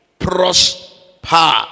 prosper